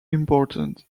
important